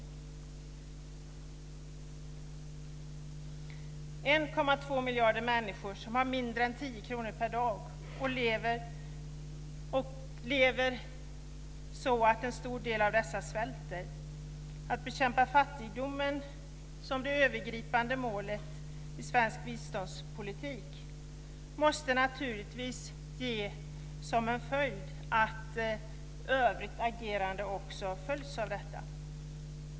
Det är 1,2 miljarder människor som har mindre än 10 kr per dag att leva på. En stor del av dessa svälter. Att bekämpa fattigdomen, och ha det som övergripande mål i svensk biståndspolitik, måste naturligtvis få till konsekvens att övrigt agerande följer av detta.